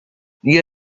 بیا